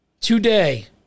today